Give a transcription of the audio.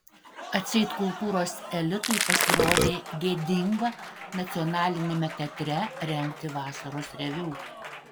atseit kultūros elitui pasirodė gėdinga nacionaliniame teatre rengti vasaros reviu